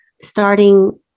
starting